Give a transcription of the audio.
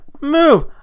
move